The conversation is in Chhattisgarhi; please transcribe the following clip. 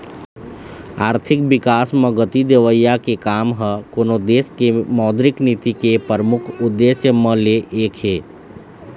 आरथिक बिकास म गति देवई के काम ह कोनो देश के मौद्रिक नीति के परमुख उद्देश्य म ले एक हे